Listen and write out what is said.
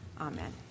Amen